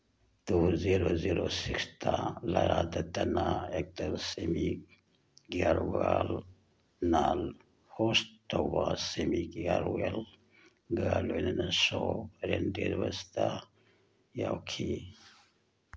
two zero zero ꯁꯤꯛꯁꯇ ꯂꯔꯥ ꯗꯠꯇꯥꯅ ꯑꯦꯛꯇꯔ ꯁꯤꯃꯤ ꯒ꯭ꯌꯔꯋꯥꯜꯅ ꯍꯣꯁ ꯇꯧꯕ ꯁꯤꯃꯤ ꯒ꯭ꯌꯔꯋꯥꯜꯒ ꯂꯣꯏꯅꯅ ꯁꯣ ꯔꯦꯟꯗꯦꯁꯕꯁꯇ ꯌꯥꯎꯈꯤ